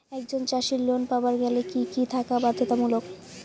একজন চাষীর লোন পাবার গেলে কি কি থাকা বাধ্যতামূলক?